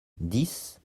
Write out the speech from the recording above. dix